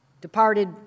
departed